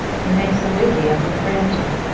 he makes a wikiup of branches,